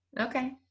Okay